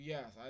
Yes